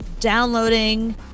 downloading